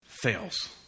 Fails